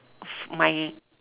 of my